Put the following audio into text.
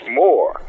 more